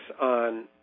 on